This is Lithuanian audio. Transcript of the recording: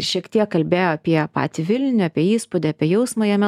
šiek tiek kalbėjo apie patį vilnių apie įspūdį apie jausmą jame